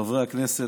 חברי הכנסת,